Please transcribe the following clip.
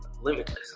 limitless